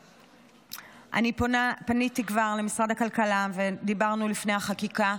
כבר פניתי למשרד הכלכלה ודיברנו לפני החקיקה,